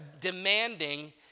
demanding